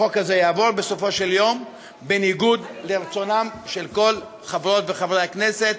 החוק הזה יעבור בסופו של דבר בניגוד לרצונם של כל חברות וחברי הכנסת.